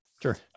Sure